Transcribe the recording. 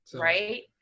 Right